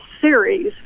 series